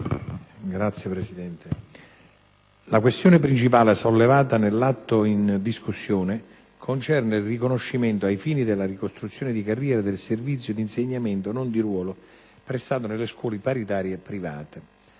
la questione principale sollevata nell'atto in discussione concerne il riconoscimento, ai fini della ricostruzione di carriera, del servizio di insegnamento non di ruolo prestato nelle scuole paritarie private.